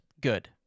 good